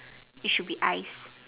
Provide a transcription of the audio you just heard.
it should be ice